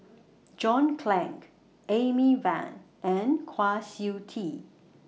John Clang Amy Van and Kwa Siew Tee